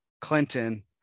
Clinton